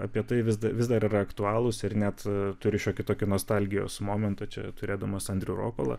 apie tai vis vis dar aktualūs ir net turi šiokių tokių nostalgijos momentų čia turėdamas andrių ropolą